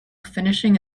finishing